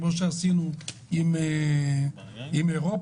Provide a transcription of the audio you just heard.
כפי שעשינו עם אירופה.